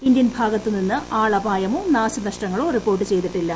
Indian ഭാഗത്തു നിന്ന് ആളപായമോ നാശനഷ്ടങ്ങളോ റിപ്പോർട്ട് ചെയ്തിട്ടില്ല